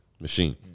machine